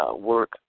work